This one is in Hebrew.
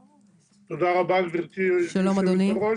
אס"י, בזום.